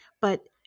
but—